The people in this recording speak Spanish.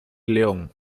león